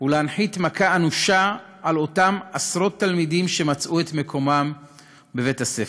ולהנחית מכה אנושה על אותם עשרות תלמידים שמצאו את מקומם בבית-הספר?